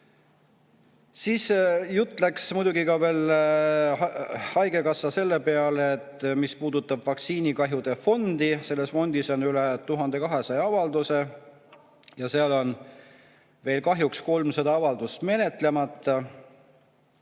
läks jutt muidugi ka seoses haigekassaga selle peale, mis puudutab vaktsiinikahjude fondi. Selles fondis on üle 1200 avalduse ja seal on veel kahjuks 300 avaldust menetlemata.